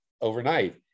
overnight